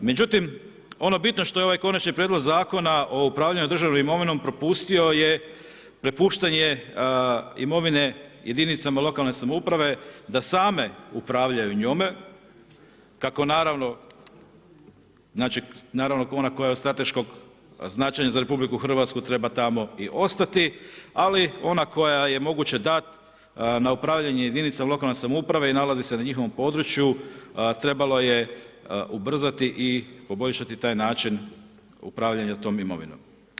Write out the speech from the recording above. Međutim ono bitno što je ovaj Konačni prijedlog Zakona o upravljanju državnom imovinom propustio je prepuštanje imovine jedinicama lokalne samouprave da same upravljaju njome kako naravno ona koja je od strateškog značenja za RH treba tamo i ostati, ali ona koja je moguće dati na upravljanje jedinicama lokalne samouprave i nalazi se na njihovom području trebalo je ubrzati i poboljšati taj način upravljanja tom imovinom.